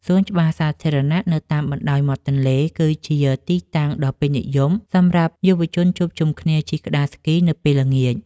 សួនច្បារសាធារណៈនៅតាមបណ្ដោយមាត់ទន្លេ គឺជាទីតាំងដ៏ពេញនិយមសម្រាប់យុវជនជួបជុំគ្នាជិះក្ដារស្គីនៅពេលល្ងាច។